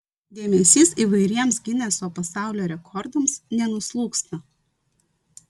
dėmesys įvairiems gineso pasaulio rekordams nenuslūgsta